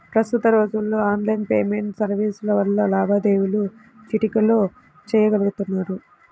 ప్రస్తుత రోజుల్లో online payment సర్వీసుల వల్ల లావాదేవీలు చిటికెలో చెయ్యగలుతున్నారు